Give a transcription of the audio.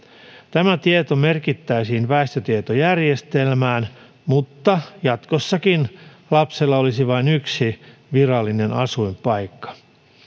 tämä tieto merkittäisiin väestötietojärjestelmään mutta jatkossakin lapsella olisi vain yksi virallinen asuinpaikka